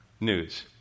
news